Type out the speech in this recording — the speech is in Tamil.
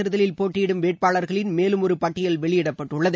தேர்தலில் போட்டியிடும் வேட்பாளர்களின் மேலும் ஒரு பட்டியல் வெளியிடப்பட்டுள்ளது